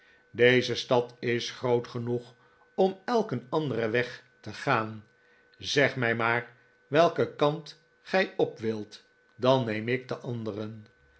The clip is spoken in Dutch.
deze stad is groot genoeg om ejlk eeiiapderen weg te gaan zeg mij mair welken kant gij op wilt dan neeni ik dn anderen